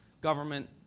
government